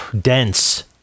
dense